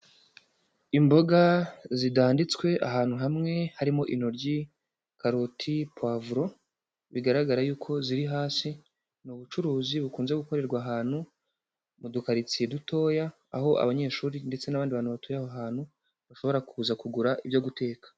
Imboga zidanditswe ahantu hamwe. Harimo intoryi, karoti, poivro. Bigaragara yuko ziri hasi. Ni ubucuruzi bukunze gukorerwa ahantu mu dukaritsiye dutoya, aho abanyeshuri ndetse n'abandi bantu batuye aho hantu, bashobora kuza kugura ibyo guteka.